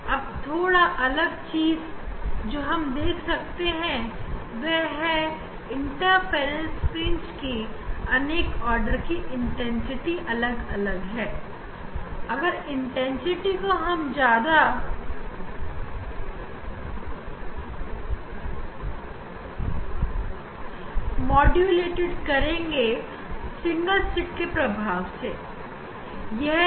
अब हमें सिर्फ एक मात्र अंतर देखने को मिलेगा जो कि यह है कि यहां इंटरफेरेंस की तरह सभी अलग अलग आर्डर की तीव्रता समान नहीं होगी और तीव्रता पर सिंगल स्लिट का प्रभाव देखने को मिलेगा